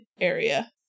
area